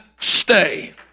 stay